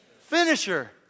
finisher